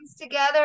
together